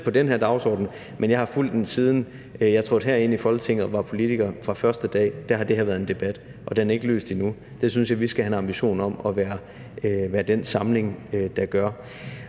den her dagsorden, men jeg har fulgt området, siden jeg trådte ind i Folketinget som politiker. Fra første dag har det her været genstand for debat, og problemet er ikke løst endnu. Jeg synes, at vi skal have en ambition om at være den forsamling, der gør